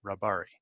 Rabari